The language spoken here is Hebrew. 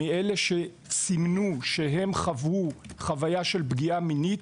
מאלה שסימנו שהם חוו חוויה של פגיעה מינית,